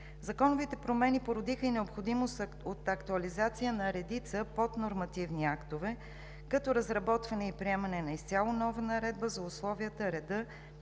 Законовите промени породиха и необходимост от актуализация на редица поднормативни актове, като разработване и приемане на изцяло нова наредба за условията, реда